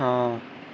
ہاں